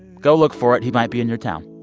go look for it. he might be in your town.